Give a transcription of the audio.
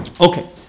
Okay